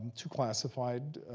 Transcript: two classified,